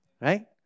Right